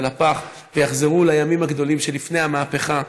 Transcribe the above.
לפח ויחזרו לימים הגדולים שלפני המהפכה,